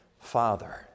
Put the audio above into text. Father